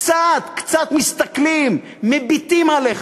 קצת קצת מסתכלים, מביטים עליך.